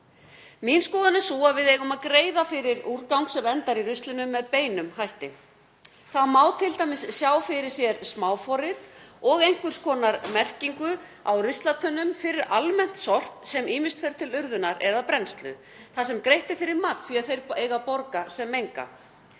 Mín skoðun er sú að við eigum að greiða fyrir úrgang sem endar í ruslinu með beinum hætti. Það má t.d. sjá fyrir sér smáforrit og einhvers konar merkingu á ruslatunnum fyrir almennt sorp sem ýmist fer til urðunar eða brennslu þar sem greitt er fyrir magn því að þeir eiga að borga sem menga.